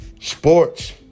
Sports